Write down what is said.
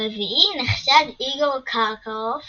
ברביעי נחשד איגור קרקרוף